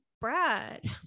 Brad